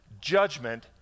judgment